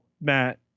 Matt